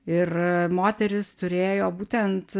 ir moteris turėjo būtent